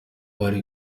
abari